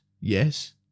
yes